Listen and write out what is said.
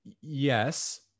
yes